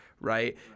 right